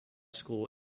school